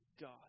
God